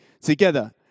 together